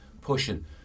pushing